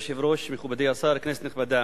כבוד היושב-ראש, מכובדי השר, כנסת נכבדה,